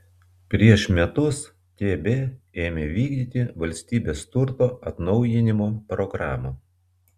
prieš metus tb ėmė vykdyti valstybės turto atnaujinimo programą